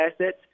assets